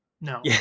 No